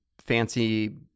fancy